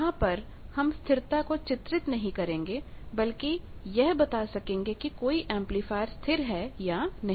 यहां पर हम स्थिरता को चित्रित नहीं करेंगे बल्कि यह बता सकेंगे कि कोई एंपलीफायर स्थिर है या नहीं